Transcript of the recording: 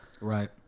Right